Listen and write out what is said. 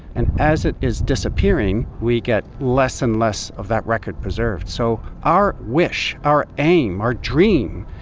and as it is disappearing, we get less and less of that record preserved. so our wish, our aim, our dream,